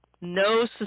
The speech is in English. no